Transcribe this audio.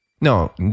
No